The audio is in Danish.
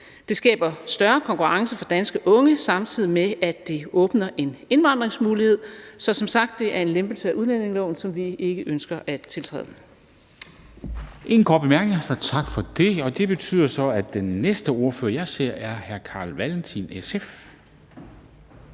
Det skaber større konkurrence for danske unge, samtidig med at det åbner en indvandringsmulighed. Så som sagt er det en lempelse af udlændingepolitikken, som vi ikke ønsker at tiltræde.